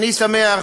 אני שמח